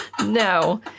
No